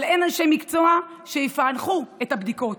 אבל אין אנשי מקצוע שיפענחו את הבדיקות.